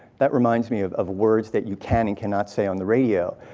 that reminds me of of words that you can and cannot say on the radio.